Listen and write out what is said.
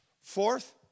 Fourth